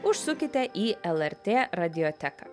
užsukite į lrt radioteką